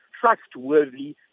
trustworthy